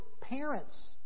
parents